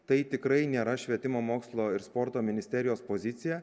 tai tikrai nėra švietimo mokslo ir sporto ministerijos pozicija